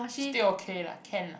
still okay lah can lah